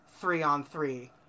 three-on-three